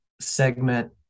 segment